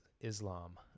Islam